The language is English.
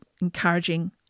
encouraging